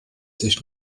sich